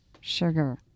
sugar